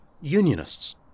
unionists